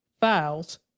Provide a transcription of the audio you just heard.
files